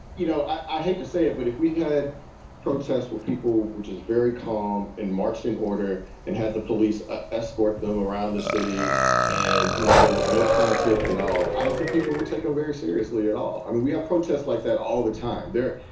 you know, i hate to say it, but if we had protests where people, which is very calm and marching order and had the police ah escort them around the city and, you know, there was no conflict at all. i don't think people would take it very seriously at all. i mean, we have protests like that all the time there.